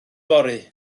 fory